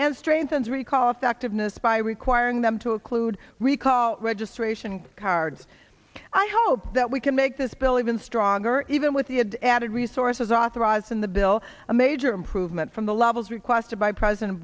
strains recall effectiveness by requiring them to occlude recall registration cards i hope that we can make this bill even stronger even with the added added resources authorized in the bill a major improvement from the levels requested by president